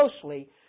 closely